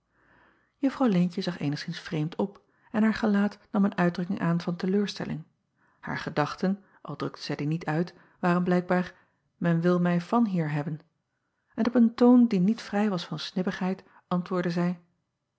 uffrouw eentje zag eenigszins vreemd op en haar gelaat nam een uitdrukking aan van te leur stelling aar gedachten al drukte zij die niet uit waren blijkbaar men wil mij vanhier hebben en op een toon die niet vrij was van snibbigheid antwoordde zij